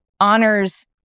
honors